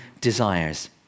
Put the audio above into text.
desires